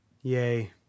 yay